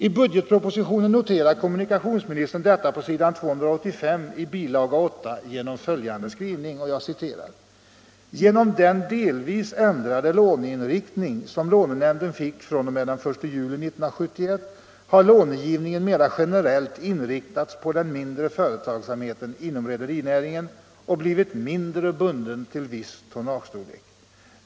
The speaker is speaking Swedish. I budgetpropositionen noterar kommunikationsministern detta på s. 285 i bilaga 8 med följande skrivning: ”Genom den delvis ändrade låneinriktning som lånenämnden fick fr.o.m. den 1 juli 1971 har lånegivningen mera generellt inriktats på den mindre företagsamheten inom rederinäringen och blivit mindre bunden till viss tonnagestorlek.